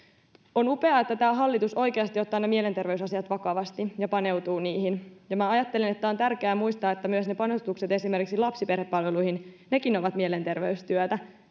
on upeaa että tämä hallitus oikeasti ottaa mielenterveysasiat vakavasti ja paneutuu niihin ja ajattelen että on tärkeää muistaa että panostukset esimerkiksi lapsiperhepalveluihin ovat myös mielenterveystyötä